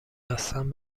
هستند